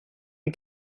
die